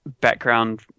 background